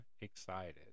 excited